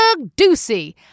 Ducey